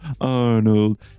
Arnold